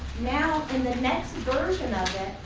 now in the next version of it,